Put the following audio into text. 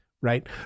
Right